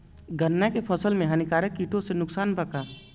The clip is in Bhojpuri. गन्ना के फसल मे हानिकारक किटो से नुकसान बा का?